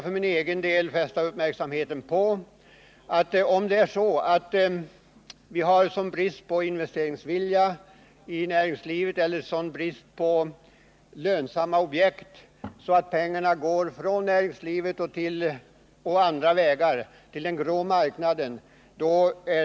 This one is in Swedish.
För egen del vill jag fästa uppmärksamheten på att det är oroande, om det är sådan brist på investeringsvilja i näringslivet eller sådan brist på lönsamma objekt att pengarna går från näringslivet och på olika vägar till den grå marknaden.